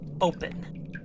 open